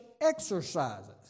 exercises